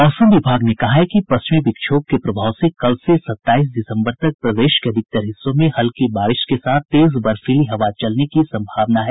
मौसम विभाग ने कहा है कि पश्चिमी विक्षोभ के प्रभाव से कल से सत्ताईस दिसम्बर तक प्रदेश के अधिकतर हिस्सों में हल्की बारिश के साथ तेज बर्फीली हवा चलने की सम्भावना है